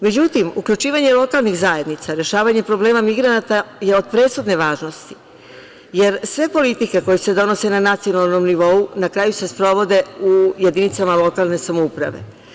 Međutim, uključivanje lokalnih zajednica, rešavanje problema migranata je od presudne važnosti, jer sve politike koje se donose na nacionalnom nivouna kraju se sprovode u jedinicama lokalne samouprave.